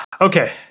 okay